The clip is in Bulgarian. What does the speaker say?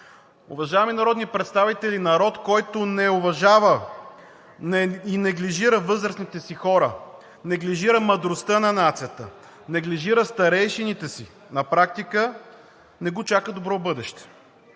Уважаеми народни представители, народ, който не уважава и неглижира възрастните си хора, неглижира мъдростта на нацията, неглижира старейшините си, на практика не го чака добро бъдеще.